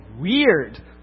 weird